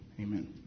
Amen